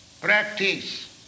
practice